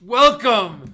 welcome